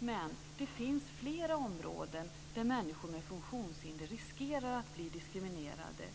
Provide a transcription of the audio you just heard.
Men det finns flera områden där människor med funktionshinder riskerar att bli diskriminerade.